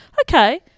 Okay